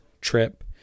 trip